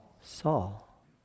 Saul